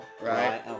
right